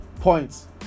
points